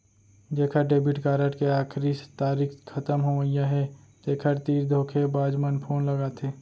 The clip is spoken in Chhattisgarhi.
जेखर डेबिट कारड के आखरी तारीख खतम होवइया हे तेखर तीर धोखेबाज मन फोन लगाथे